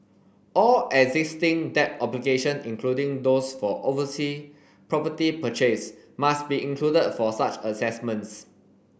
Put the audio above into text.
all existing debt obligation including those for oversea property purchase must be included for such assessments